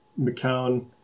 McCown